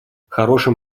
хорошим